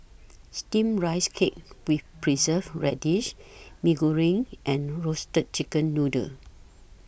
Steamed Rice Cake with Preserved Radish Mee Goreng and Roasted Chicken Noodle